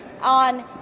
on